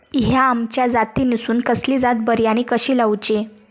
हया आम्याच्या जातीनिसून कसली जात बरी आनी कशी लाऊची?